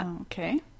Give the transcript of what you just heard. okay